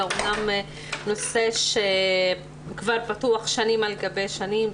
זה אמנם נושא שכבר פתוח שנים על גבי שנים,